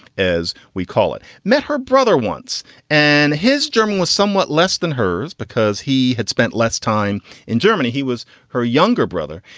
as we call it, met her brother once and his german was somewhat less than hers because he had spent. less time in germany. he was her younger brother.